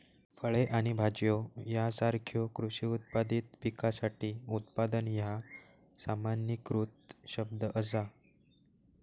फळे आणि भाज्यो यासारख्यो कृषी उत्पादित पिकासाठी उत्पादन ह्या सामान्यीकृत शब्द असा